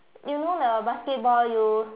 you know the basketball you